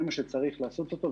זה מה שצריך לעשות אותו,